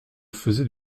faisais